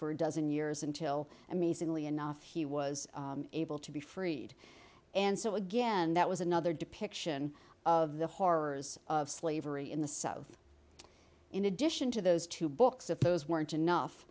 for a dozen years until amazingly enough he was able to be freed and so again that was another depiction of the horrors of slavery in the south in addition to those two books if those weren't enough